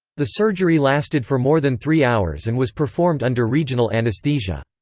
the surgery lasted for more than three hours and was performed under regional anesthesia.